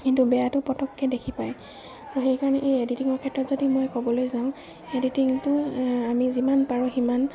কিন্তু বেয়াটো পটককৈ দেখি পায় আৰু সেইকাৰণে এই এডিটিঙৰ ক্ষেত্ৰত যদি মই ক'বলৈ যাওঁ এডিটিংটো আমি যিমান পাৰোঁ সিমান